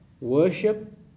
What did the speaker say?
worship